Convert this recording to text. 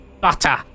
butter